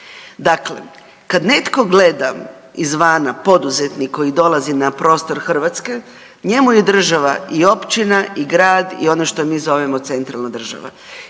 Dakle, kad netko gleda izvana poduzetnik koji dolazi na prostor Hrvatske, njemu je država i općina i grad i ono što mi zovemo centralna država.